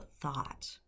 thought